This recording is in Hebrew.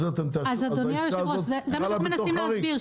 אז זה אתם, אז העסקה הזאת חלה בתור חריג?